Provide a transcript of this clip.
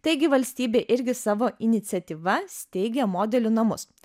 taigi valstybė irgi savo iniciatyva steigė modelių namus